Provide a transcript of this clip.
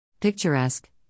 Picturesque